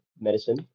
medicine